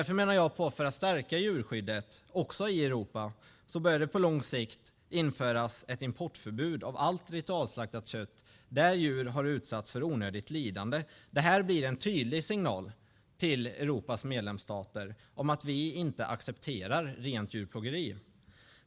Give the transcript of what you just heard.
För att stärka djurskyddet, också i Europa, menar jag att det på lång sikt bör införas ett importförbud av allt ritualslaktat kött där djur har utsatts för onödigt lidande. Det blir en tydlig signal till Europas medlemsstater om att vi inte accepterar rent djurplågeri.